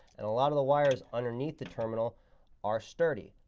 and a lot of the wires underneath the terminal are sturdy.